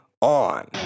on